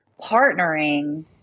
partnering